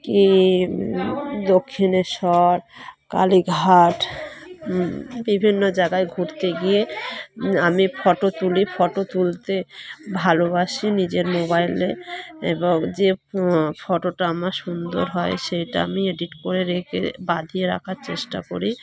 কি দক্ষিণেশ্বর কালীঘাট বিভিন্ন জায়গায় ঘুরতে গিয়ে আমি ফটো তুলি ফটো তুলতে ভালোবাসি নিজের মোবাইলে এবং যে ফটোটা আমার সুন্দর হয় সেইটা আমি এডিট করে রেখে বাঁধিয়ে রাখার চেষ্টা করি